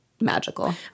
magical